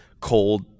cold